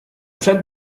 przed